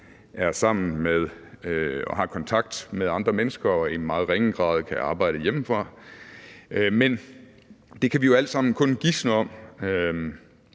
er sammen med og har kontakt med andre mennesker og i meget ringe grad kan arbejde hjemmefra. Men det kan vi jo alt sammen kun gisne om.